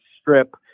strip